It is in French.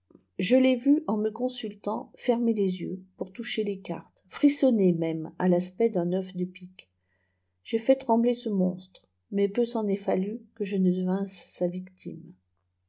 je taî vu en me consuttalrit fermer les yeux pour toucher fes captes fi issohner même à fasect d'un neuf de pique j'ai fait treùibler ce monstre mais pêùâen est fattu que lé ne devinsse sa victime